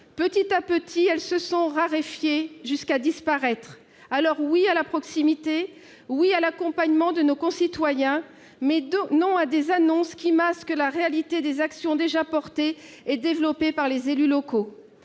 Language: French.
Peu à peu, celles-ci se sontraréfiées, jusqu'à disparaître. Alors, oui à la proximité, oui à l'accompagnement de nos concitoyens, mais non à des annonces qui masquent la réalité des actions déjà portées et développées par les élus locaux